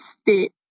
state